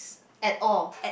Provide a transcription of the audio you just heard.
at all